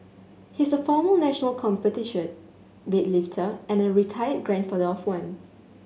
he is a former national weightlifter and a retired grandfather of one